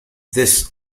this